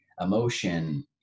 emotion